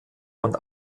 und